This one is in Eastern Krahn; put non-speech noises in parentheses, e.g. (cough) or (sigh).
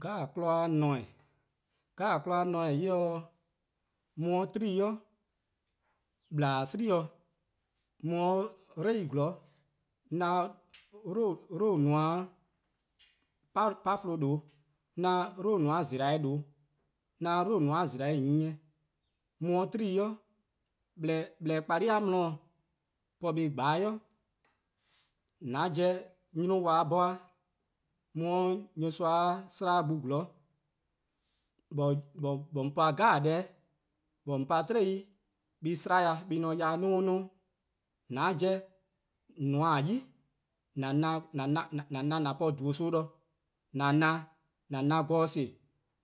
'Kmo 'jeh-a ne-eh, 'kmo 'jeh-a :ne-eh eh :se mu 'de 'kpa ken, 'ple gwie' bo-dih, mu 'de 'dlou 'zorn, 'na 'dlou: nomor-a (hesitation) buo' :due', 'na :dlou: nomor-a zolo-eh :due', 'na 'blou: nomor-a zolo-eh+ nyieh, mu 'de 'kpa ken, (hesitation) ple kpala'+-a 'di-dih, po buh+ gba 'i, :an 'jeh 'tmeor+ 'bhorn-eh, mu 'de nyor-a 'slaa 'zorn (hesitation) :on pa deh 'jeh-', pa 'tiei:-' eh 'slan-dih en :ne :noan 'noan, :an 'jeh :on nmor-' 'yi, :an na :an po :dhuo: son de, :an 'an :an gawa son+-dih,